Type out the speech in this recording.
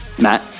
Matt